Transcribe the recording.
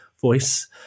voice